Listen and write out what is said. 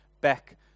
back